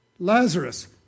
Lazarus